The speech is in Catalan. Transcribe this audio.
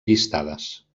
llistades